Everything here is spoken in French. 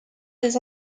des